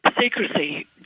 secrecy